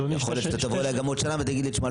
יכול להיות שגם עוד שנה תבוא אלי ותגיד לי: תשמע,